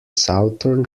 southern